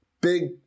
Big